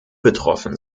betroffen